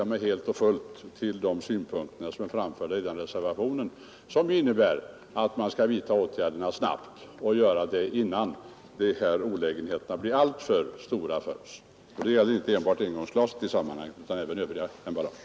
Jag ansluter mig helt till synpunkten i reservationen som innebär att man skall vidta åtgärder snabbt, innan de här olägenheterna blir alltför stora för oss. Och det gäller inte enbart engångsglasen utan även övriga emballage.